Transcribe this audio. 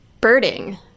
birding